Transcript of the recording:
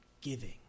giving